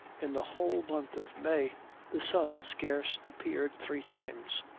in the whole month of may the sun scarce appeared three times.